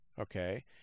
okay